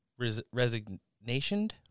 resignationed